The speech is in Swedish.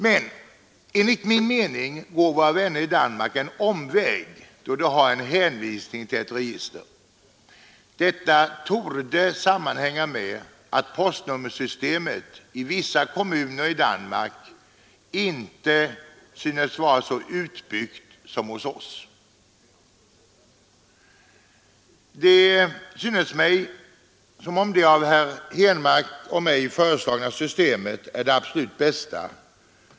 Men enligt min mening går våra vänner i Danmark en omväg då de har en hänvisning till ett register. Detta torde sammanhänga med att postnummersystemet i vissa kommuner i Danmark inte synes vara så utbyggt som hos oss. Det synes mig som om det av herr Henmark och mig föreslagna systemet är det absolut bästa.